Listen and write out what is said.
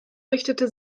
richtete